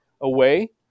away